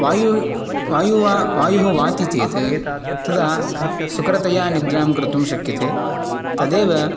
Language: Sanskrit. वायु वायुवा वायुः वाति चेत् तदा सुकरतया निद्रां कर्तुं शक्यते तदेव